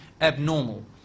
abnormal